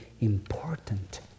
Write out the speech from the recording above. important